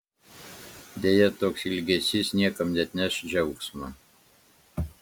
deja toks elgesys niekam neatneš džiaugsmo